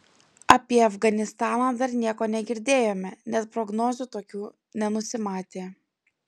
apie afganistaną dar nieko negirdėjome net prognozių tokių nenusimatė